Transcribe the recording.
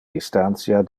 distantia